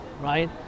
right